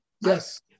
Yes